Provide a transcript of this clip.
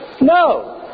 No